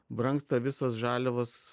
brangsta visos žaliavos